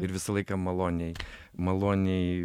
ir visą laiką maloniai maloniai